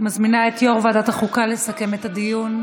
אני מזמינה את יו"ר ועדת החוקה לסכם את הדיון.